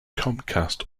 comcast